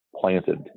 planted